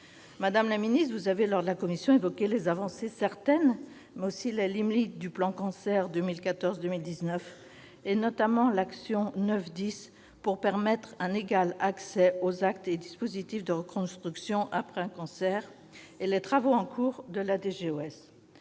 Madame la ministre, vous avez, devant la commission, évoqué les avancées certaines, mais aussi les limites du plan Cancer 2014-2019, notamment l'action 9.10 « pour permettre un égal accès aux actes et dispositifs de reconstruction après un cancer », et les travaux en cours de la